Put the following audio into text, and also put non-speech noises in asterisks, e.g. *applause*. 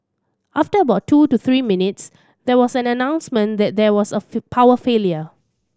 after about two to three minutes there was an announcement that there was a *unintelligible* power failure